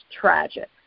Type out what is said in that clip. tragic